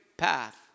path